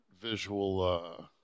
visual